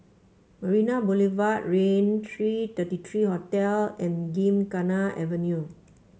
Marina Boulevard Raintr Thirty Three Hotel and Gymkhana Avenue